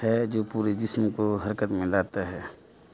ہے جو پورے جسم کو حرکت میں لاتا ہے